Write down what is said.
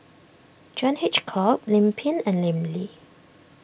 John Hitchcock Lim Pin and Lim Lee